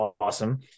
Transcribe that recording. awesome